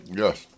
yes